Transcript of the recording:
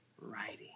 writing